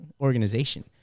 organization